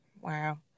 Wow